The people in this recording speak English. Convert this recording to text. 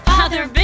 Father